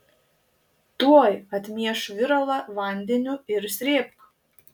tuoj atmieš viralą vandeniu ir srėbk